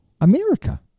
America